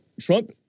Trump